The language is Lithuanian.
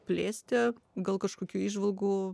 plėsti gal kažkokių įžvalgų